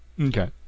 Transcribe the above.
Okay